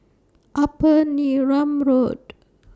Upper Neram Road